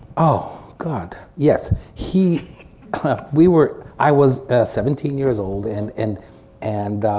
oh god, yes. he we were i was seventeen years old and and and